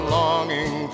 longing